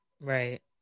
Right